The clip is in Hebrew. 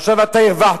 עכשיו אתה הרווחת,